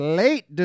late